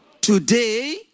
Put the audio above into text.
Today